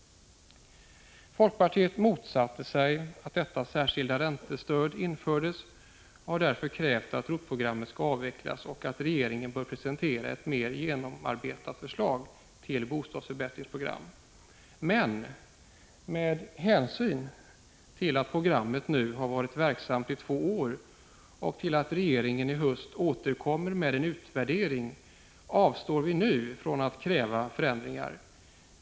Folkpartiet motsatte sig att detta särskilda räntestöd infördes och har därför krävt att ROT-programmet skall avvecklas och att regeringen skall presentera ett mer genomarbetat förslag till bostadsförbättringsprogram. 41 Men med hänsyn till att programmet har varit verksamt i två år och till att regeringen i höst återkommer med en utvärdering avstår vi nu från att kräva förändringar.